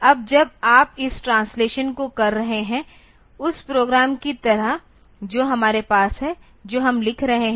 अब जब आप इस ट्रांसलेशन को कर रहे हैं उस प्रोग्राम की तरह जो हमारे पास है जो हम लिख रहे हैं